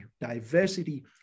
diversity